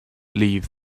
leave